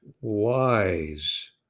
wise